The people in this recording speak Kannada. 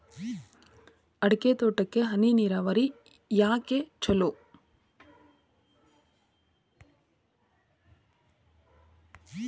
ಅಡಿಕೆ ತೋಟಕ್ಕ ಹನಿ ನೇರಾವರಿಯೇ ಯಾಕ ಛಲೋ?